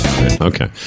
Okay